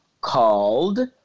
called